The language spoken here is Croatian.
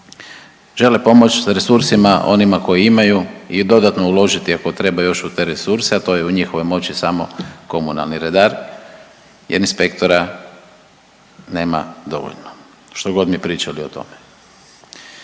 žele pomoć sa resursima onima koje imaju i dodatno uložiti ako treba još u te resurse, a to je u njihovoj moći samo komunalni redar jer inspektora nema dovoljno što god mi pričali o tome.